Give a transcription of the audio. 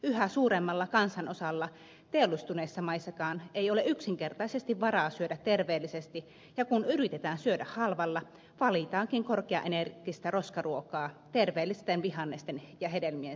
yhä suuremmalla kansanosalla teollistuneissa maissakaan ei ole yksinkertaisesti varaa syödä terveellisesti ja kun yritetään syödä halvalla valitaankin korkeaenergistä roskaruokaa terveellisten vihannesten ja hedelmien sijaan